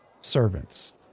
servants